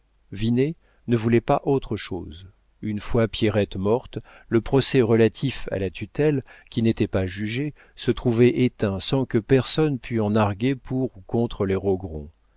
ne voulait pas autre chose une fois pierrette morte le procès relatif à la tutelle qui n'était pas jugé se trouvait éteint sans que personne pût en arguer pour ou contre les rogron